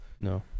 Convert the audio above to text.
No